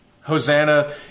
Hosanna